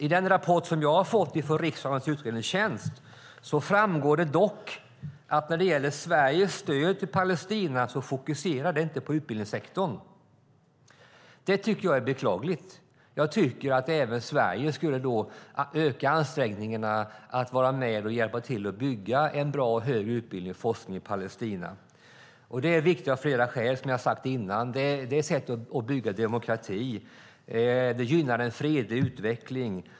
I den rapport som jag har fått från riksdagens utredningstjänst framgår det dock att Sveriges stöd till Palestina inte är fokuserat på utbildningssektorn. Jag tycker att det är beklagligt. Jag tycker att även Sverige skulle öka ansträngningarna att vara med och hjälpa till att bygga en bra högre utbildning och forskning i Palestina. Det är viktigt av flera skäl, som jag har sagt tidigare. Det är ett sätt att bygga demokrati. Det gynnar en fredlig utveckling.